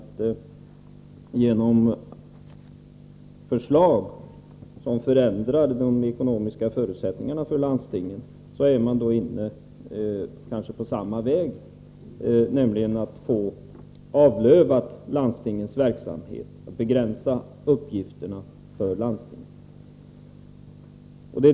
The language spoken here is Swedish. Genom förslag som förändrar de ekonomiska förutsättningarna för landstingen vill man avlöva deras verksamhet, begränsa uppgifterna för landstingen.